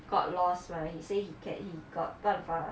got lost mah he say he can he got 办法